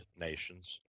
nations